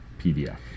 PDF